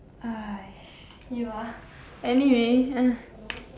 you ah anyway